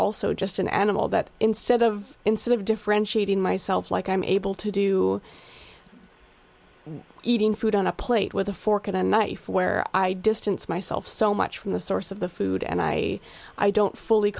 also just an animal that instead of instead of differentiating myself like i'm able to do eating food on a plate with a fork and a knife where i distance myself so much from the source of the food and i i don't fully